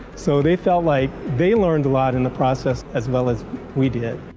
so they felt like they learned a lot in the process as well as we did.